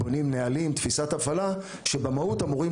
בונים נהלים ותפיסת הפעלה שבמהות אמורים